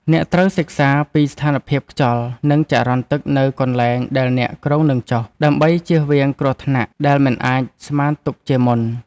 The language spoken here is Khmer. អ្នកត្រូវសិក្សាពីស្ថានភាពខ្យល់ និងចរន្តទឹកនៅកន្លែងដែលអ្នកគ្រោងនឹងចុះ ដើម្បីជៀសវាងគ្រោះថ្នាក់ដែលមិនអាចស្មានទុកជាមុន។